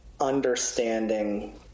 understanding